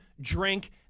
drink